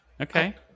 Okay